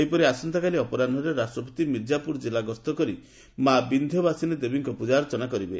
ସେହିପରି ଆସନ୍ତାକାଲି ଅପରାହ୍ନରେ ରାଷ୍ଟ୍ରପତି ମିର୍ଜାପୁର ଜିଲ୍ଲା ଗସ୍ତ କରି ମା' ବିନ୍ଧ୍ୟବାସିନୀ ଦେବୀଙ୍କ ପୂଜାର୍ଚ୍ଚନା କରିବେ